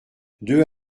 deux